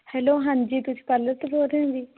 hello ਹਾਂਜੀ ਤੁਸੀਂ parlour ਤੋਂ ਬੋਲ ਰਹੇ ਹੋ ਜੀ